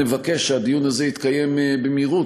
נבקש שהדיון הזה יתקיים במהירות,